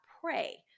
pray